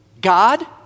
God